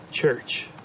church